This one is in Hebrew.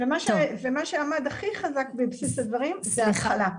מה שעמד הכי חזק בבסיס הדברים זה ההתחלה.